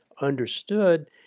understood